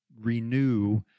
renew